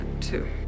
Two